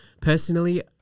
personally